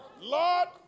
Lord